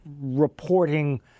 reporting